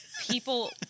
people